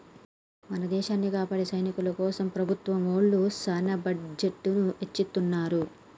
మన దేసాన్ని కాపాడే సైనికుల కోసం ప్రభుత్వం ఒళ్ళు సాన బడ్జెట్ ని ఎచ్చిత్తున్నారు